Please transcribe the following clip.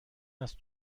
است